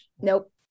Nope